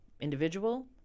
individual